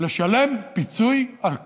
לשלם פיצוי על כך,